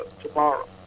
tomorrow